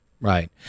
Right